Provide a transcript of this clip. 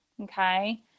Okay